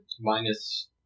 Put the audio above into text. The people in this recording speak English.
Minus